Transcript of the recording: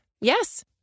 Yes